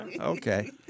Okay